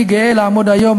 אני גאה לעמוד היום,